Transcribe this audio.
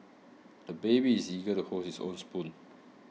the baby is eager to hold his own spoon